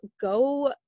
go